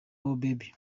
baby